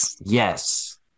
Yes